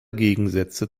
gegensätze